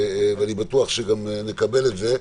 ואני בטוח שגם נקבל את זה,